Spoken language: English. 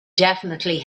definitely